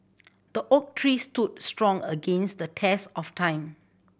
the oak tree stood strong against the test of time